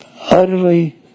utterly